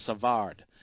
Savard